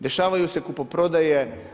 Dešavaju se kupoprodaje.